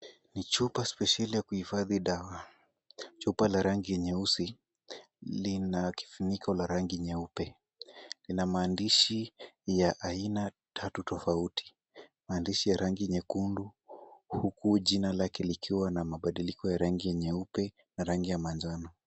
Ni chupa spesheli ya kuhifadhi dawa. Chupa la rangi ya nyeusi lina kifuniko la rangi nyeupe. Lina maandishi ya aina tatu tofauti. Maandishi ya rangi nyekundu huku jina lake likiwa na mabadiliko ya rangi ya nyeupe na rangi ya manjano.